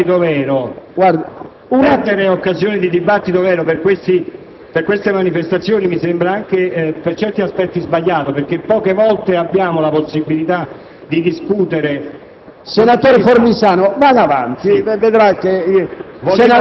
Presidente, perdere occasioni di dibattito vero per queste manifestazioni mi sembra anche per certi aspetti sbagliato perché poche volte abbiamo la possibilità di discutere...